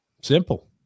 Simple